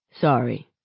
Sorry